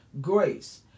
grace